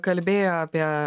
kalbėjo apie